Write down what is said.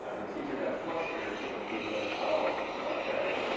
the teacher got flustered. and she was like, oh, ok,